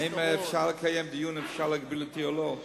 האם אפשר לקיים דיון על השאלה אם אפשר להגביל אותי או לא?